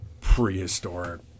prehistoric